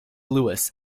lewis